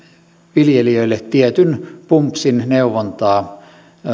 viljelijöille tietyn pumpsin neuvontaa